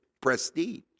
prestige